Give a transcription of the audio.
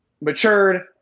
matured